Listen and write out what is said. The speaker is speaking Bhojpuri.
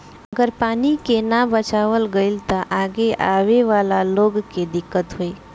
अगर पानी के ना बचावाल गइल त आगे आवे वाला लोग के दिक्कत होई